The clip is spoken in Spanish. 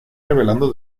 revelando